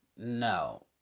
No